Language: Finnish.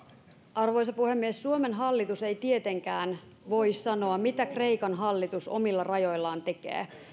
arvoisa puhemies suomen hallitus ei tietenkään voi sanoa mitä kreikan hallitus omilla rajoillaan tekee